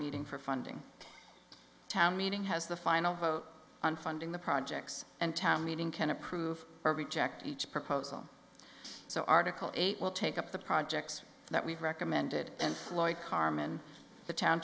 meeting for funding town meeting has the final vote on funding the projects and town meeting can approve or reject each proposal so article eight will take up the projects that we've recommended and floyd harmon the town